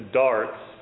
darts